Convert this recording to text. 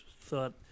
thought